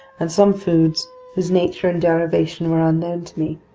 and some foods whose nature and derivation were unknown to me.